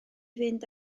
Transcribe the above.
fynd